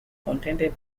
contended